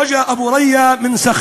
רג'א אבו ריא מסח'נין,